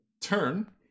Turn